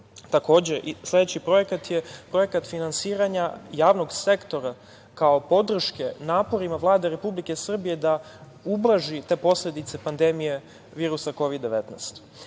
sledeći projekat je projekat finansiranja javnog sektora kao podrške naporima Vlade Republike Srbije da ublaži posledice pandemije virusa Kovid-19.